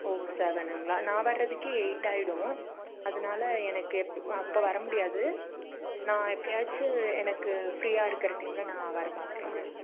ஓ செவனுங்களா நான் வர்றதுக்கே எயிட் ஆயிடும் அதனால எனக்கு அப்போ வரமுடியாது நான் எப்பையாச்சும் எனக்கு ஃப்ரீயாக இருக்கிற டைம்மில் நான் வர பார்க்குறேங்க